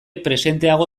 presenteago